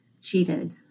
cheated